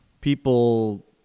People